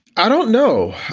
i don't know.